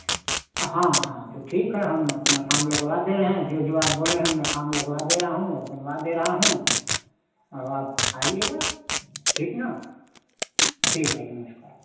हाँ हाँ तो ठीक है हम अपना काम लगवा दे रहे हैं जो जो आप बोले हैं मैं काम लगवा दे रहा हूँ और बनवा दे रहा हूँ और आप आइएगा ठीक ना ठीक है नमस्क